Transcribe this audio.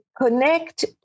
connect